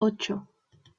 ocho